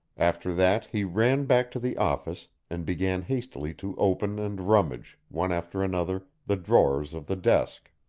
after that he ran back to the office and began hastily to open and rummage, one after another, the drawers of the desk.